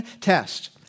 test